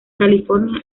california